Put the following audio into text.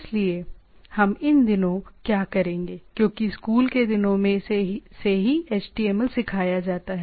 इसलिए हम इन दिनों क्या करेंगे क्योंकि स्कूल के दिनों से ही HTML सिखाया जाता है